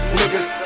niggas